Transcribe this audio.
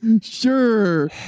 Sure